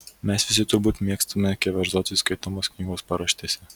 mes visi turbūt mėgstame keverzoti skaitomos knygos paraštėse